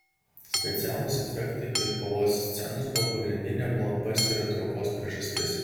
specialūs efektai ir kovos scenos buvo pagrindinė blokbasterio traukos priežastis